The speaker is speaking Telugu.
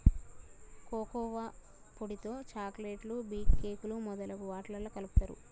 కోకోవా పొడితో చాకోలెట్లు బీషుకేకులు మొదలగు వాట్లల్లా కలుపుతారు